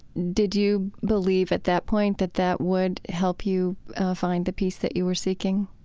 did you believe at that point that that would help you find the peace that you were seeking?